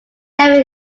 never